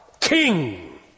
king